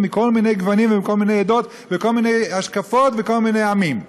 מכל מיני גוונים ומכל מיני עדות ומכל מיני השקפות ומכל מיני עמים.